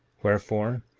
wherefore,